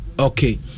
okay